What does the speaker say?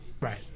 Right